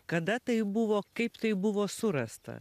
kada tai buvo kaip tai buvo surasta